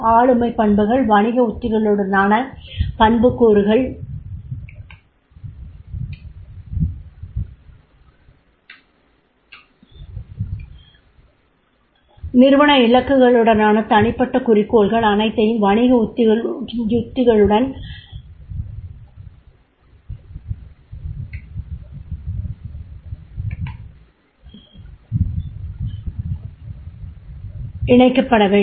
ஆளுமைப் பண்புகள் வணிக யுக்திகளுடனான பண்புக்கூறுகள் நிறுவன இலக்குகளுடனான தனிப்பட்ட குறிக்கோள்கள் அனைத்தையும் வணிக யுக்திகளுடன் இணைக்கப்பட வேண்டும்